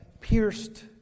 pierced